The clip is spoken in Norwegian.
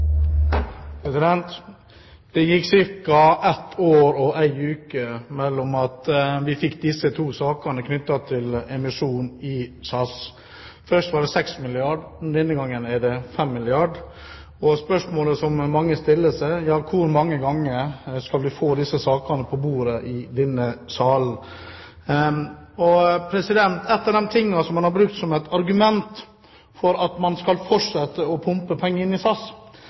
Det gikk ca. ett år og en uke mellom disse to sakene om emisjon i SAS. Først var det 6 milliarder kr, denne gangen er det 5 milliarder kr. Spørsmålet mange stiller seg er: Hvor mange ganger skal vi få slike saker på bordet i denne salen? Ett av argumentene man har brukt for at man skal fortsette å pumpe penger inn i SAS,